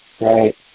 right